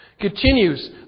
Continues